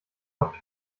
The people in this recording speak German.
auf